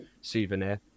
souvenir